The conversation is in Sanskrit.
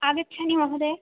आगच्छामि महोदय